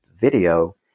video